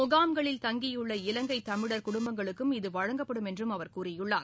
முகாம்களில் தங்கியுள்ள இலங்கை தமிழர் குடும்பங்களுக்கும் இது வழங்கப்படும் என்றும் அவர் கூறியுள்ளார்